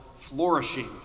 flourishing